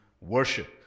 worship